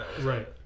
Right